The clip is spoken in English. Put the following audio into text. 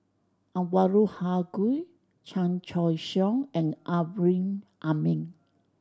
Anwarul Haque Chan Choy Siong and Amrin Amin